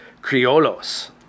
Criolos